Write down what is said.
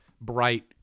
Bright